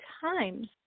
times